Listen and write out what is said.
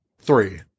three